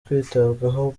kwitabwaho